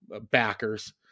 backers